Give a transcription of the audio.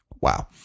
Wow